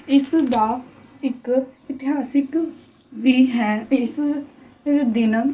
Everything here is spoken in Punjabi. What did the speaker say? ਇਸ ਦਾ ਇੱਕ ਇਤਿਹਾਸਿਕ ਵੀ ਹੈ ਇਸ ਦਿਨ